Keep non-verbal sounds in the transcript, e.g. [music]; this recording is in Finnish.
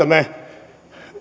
[unintelligible] me